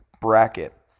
bracket